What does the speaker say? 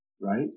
right